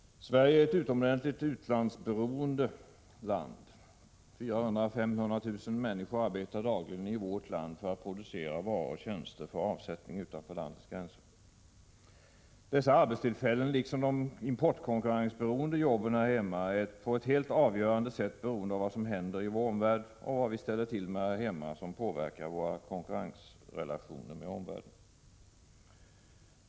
Sverige är ett utomordentligt utlandsberoende land. 400 000-500 000 människor arbetar dagligen i vårt land med att producera varor och tjänster för avsättning utanför landets gränser. Dessa arbetstillfällen liksom de importkonkurrensberoende jobben här hemma är på ett helt avgörande sätt beroende av vad som händer i vår omvärld och vad vi ställer till med här hemma som påverkar våra konkurrensrelationer med omvärlden.